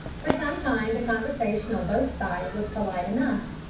for some time the conversation on both sides was polite enough,